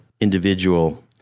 individual